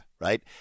right